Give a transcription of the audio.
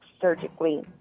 surgically